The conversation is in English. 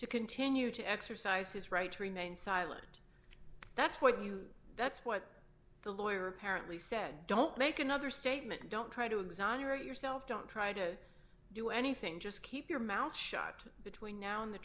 to continue to exercise his right to remain silent that's what you that's what the lawyer apparently said don't make another statement don't try to exonerate yourself don't try to do anything just keep your mouth shut between now and the